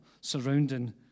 surrounding